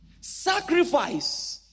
Sacrifice